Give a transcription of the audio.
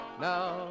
Now